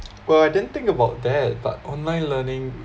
well I didn't think about that but online learning